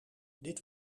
dit